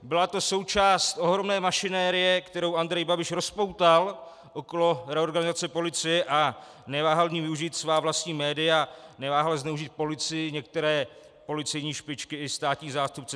Byla to součást ohromné mašinérie, kterou Andrej Babiš rozpoutal okolo reorganizace policie, a neváhal v ní využít svá vlastní média, neváhal zneužít policii, některé policejní špičky i státní zástupce.